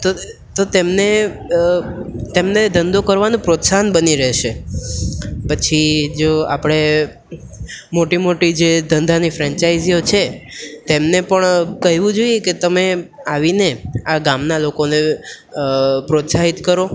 તો તો તેમને તેમને ધંધો કરવાનું પ્રોત્સાહન બની રહેશે પછી જો આપણે મોટી મોટી જે ધંધાની ફ્રેન્ચાઇઝીઓ છે તેમને પણ કહેવું જોઈએ કે તમે આવીને આ ગામના લોકોને પ્રોત્સાહિત કરો